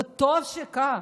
וטוב שכך,